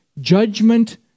judgment